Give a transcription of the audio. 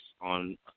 on